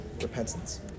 repentance